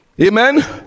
Amen